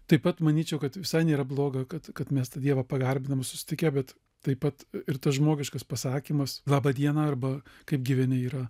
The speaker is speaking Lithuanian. taip pat manyčiau kad visai nėra bloga kad kad mes tą dievą pagarbinam susitikę bet taip pat ir tas žmogiškas pasakymas laba diena arba kaip gyveni yra